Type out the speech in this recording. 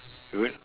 good